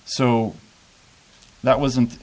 so that wasn't